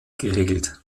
geregelt